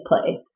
place